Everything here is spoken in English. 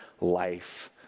life